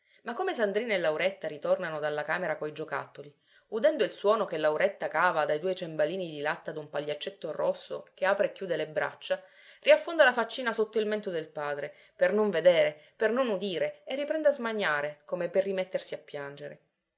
ma come sandrina e lauretta ritornano dalla camera coi giocattoli udendo il suono che lauretta cava dai due cembalini di latta d'un pagliaccetto rosso che apre e chiude le braccia riaffonda la faccina sotto il mento del padre per non vedere per non udire e riprende a smaniare come per rimettersi a piangere